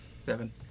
Seven